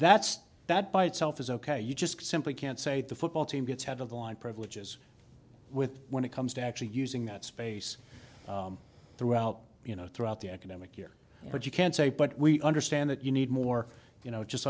that's that by itself is ok you just simply can't say the football team gets out of the line privileges with when it comes to actually using that space throughout you know throughout the academic year but you can't say but we understand that you need more you know just